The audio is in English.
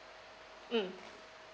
um